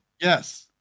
Yes